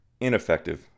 Ineffective